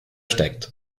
steckt